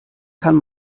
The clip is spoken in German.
kann